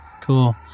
cool